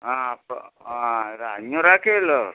ആ അപ്പോൾ ആ ഒരു അഞ്ഞൂറാക്കേ ഉള്ളൂ